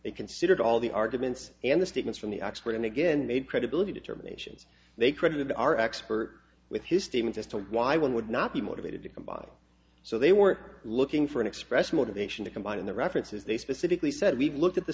they considered all the arguments and the statements from the expert and again made credibility determinations they credited our expert with his statement as to why one would not be motivated to come by so they were looking for an expressed motivation to combine in the references they specifically said we've looked at the